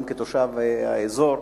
גם כתושב האזור.